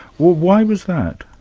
why was that?